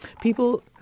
People